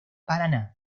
paraná